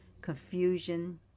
confusion